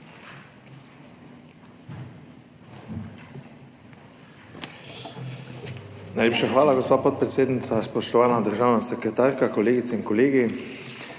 Najlepša hvala, gospa podpredsednica. Spoštovana državna sekretarka, kolegice in kolegi!